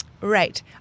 Right